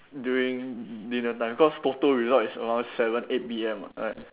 during dinner time because Toto result is around seven eight P_M [what] right